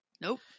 Nope